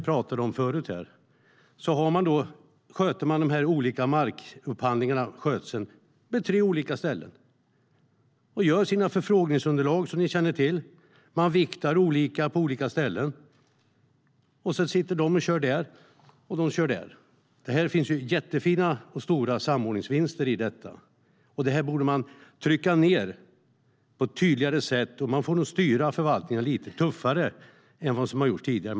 Man ordnar markskötseln genom upphandlingar på tre olika ställen. Man gör sina förfrågningsunderlag och viktar olika på olika ställen. Den ena kör här och den andra där. Det finns stora samordningsvinster att göra här. Det borde man trycka på tydligare, så att man styr förvaltningarna lite tuffare än vad som har gjorts tidigare.